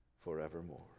forevermore